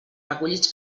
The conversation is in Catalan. recollits